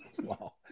Wow